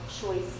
choice